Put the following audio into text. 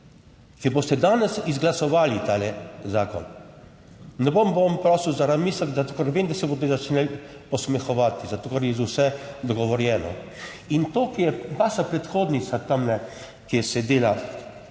ker boste danes izglasovali tale zakon, ne bom, bom prosil za razmislek, ker vem, da se boste začeli posmehovati zato, ker je za vse dogovorjeno. In to, kar je vaša predhodnica tamle, ki je sedela